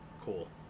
cool